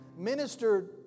ministered